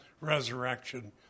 resurrection